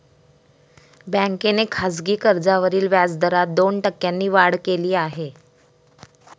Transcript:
बँकेने खासगी कर्जावरील व्याजदरात दोन टक्क्यांनी वाढ केली आहे